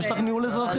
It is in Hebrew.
יש ניהול אזרחי.